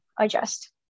adjust